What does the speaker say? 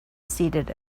seated